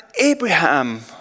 Abraham